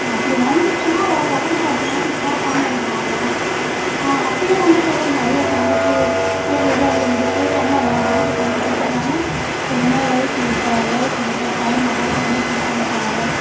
அப்படி வந்துச்சுன்னா ஒரு வாரம் பத்து நாளைக்கு பேசாமல் இருப்போம் அவ்வளோதான் அப்பயும் வந்து சொல்லி அனுப்புவார் ஐயோ தங்கச்சி இதை செய்கிறதாருந்தா என் தங்கச்சிக்கு கொண்டு கொடுத்துட்டுவான்னு உடனே ஒய்ஃபு ஒய்ஃபு கிட்ட பையன் கிட்ட சொல்லி கொடுத்தனுப்புவாரு